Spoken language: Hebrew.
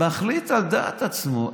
מחליט על דעת עצמו,